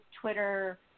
Twitter